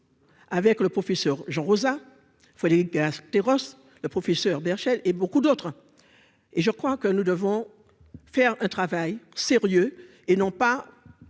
Avec le professeur Jean Rosa, Frédéric Atheros, le professeur Berchel et beaucoup d'autres et je crois que nous devons faire un travail sérieux et non pas